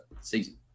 season